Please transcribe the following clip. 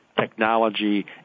technology